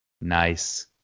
Nice